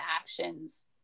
actions